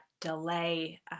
delay